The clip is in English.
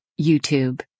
YouTube